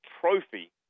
trophy